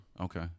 Okay